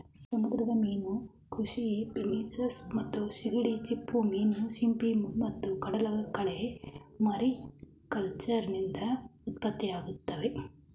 ಸಮುದ್ರ ಮೀನು ಕೃಷಿ ಫಿನ್ಫಿಶ್ ಮತ್ತು ಸೀಗಡಿ ಚಿಪ್ಪುಮೀನು ಸಿಂಪಿ ಮತ್ತು ಕಡಲಕಳೆ ಮಾರಿಕಲ್ಚರ್ನಿಂದ ಉತ್ಪತ್ತಿಯಾಗ್ತವೆ